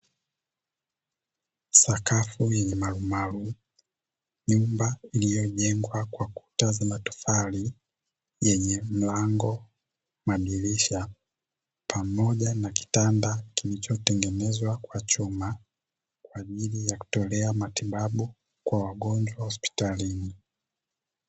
Sakafu yenye marumaru, nyumba iliyojengwa kwa kuta za matofali yenye: mlango, madirisha pamoja na kitanda kilichotengenezwa kwa chuma; kwa ajili ya kutolea matibabu kwa wagonjwa hospitalini.